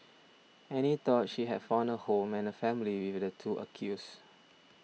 Annie thought she had found a home and a family with the two accused